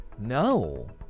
No